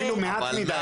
אפילו מעט מדי,